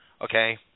Okay